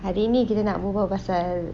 hari kita nak berbual pasal